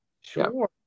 sure